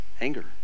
anger